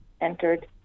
entered